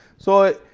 so,